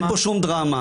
אין פה שום דרמה.